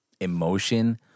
Emotion